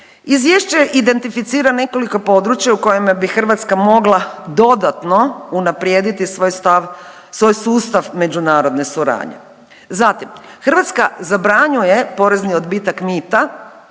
Izvješće identificira nekoliko područja u kojem bi Hrvatska mogla dodatno unaprijediti svoj sustav međunarodne suradnje. Zatim Hrvatska zabranjuje porezni odbitak mita